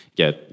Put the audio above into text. get